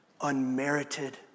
unmerited